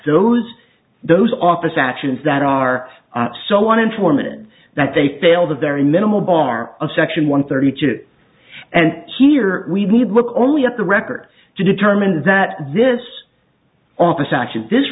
those those office actions that are so on informant that they fail the very minimal bar of section one thirty two and here we need look only at the record to determine that this office actually this